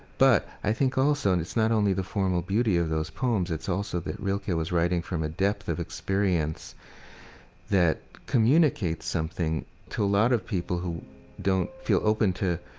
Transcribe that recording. but i think also, and it's not only the formal beauty of those poems, it's also that rilke yeah was writing from a depth of experience that communicates something to a lot of people who don't feel open to,